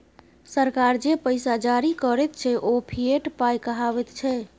सरकार जे पैसा जारी करैत छै ओ फिएट पाय कहाबैत छै